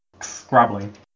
scrabbling